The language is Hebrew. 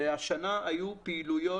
והשנה היו פעילויות.